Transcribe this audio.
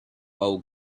old